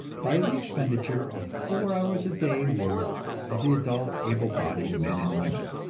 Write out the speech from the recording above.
by the expenditure of four hours a day work of the adult, able-bodied men and women.